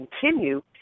continue